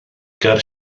ger